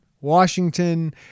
Washington